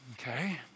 Okay